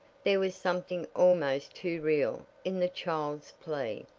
there was something almost too real in the child's plea.